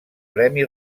premi